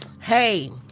Hey